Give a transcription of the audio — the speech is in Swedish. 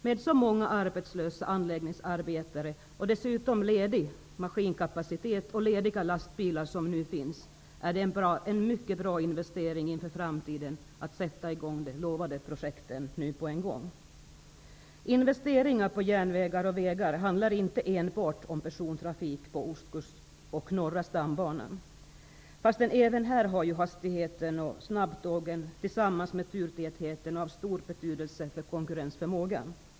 Med så många arbetslösa anläggningsarbetare, med ledig maskinkapacitet och lediga lastbilar är det en mycket bra investering inför framtiden att sätta i gång de utlovade projekten nu. Investeringar i järnvägar och vägar handlar inte enbart om persontrafik på Ostkustbanan och norra stambanan -- fastän hastigheten och snabbtågen tillsammans med turtätheten även här är av stor betydelse för konkurrensförmågan.